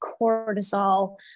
cortisol